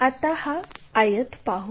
आता हा आयत पाहू